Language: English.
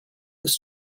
this